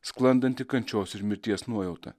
sklandanti kančios ir mirties nuojauta